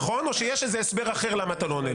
נכון, או שיש הסבר אחר למה אתה לא עונה לי?